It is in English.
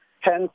Hence